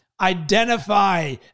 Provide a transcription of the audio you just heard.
identify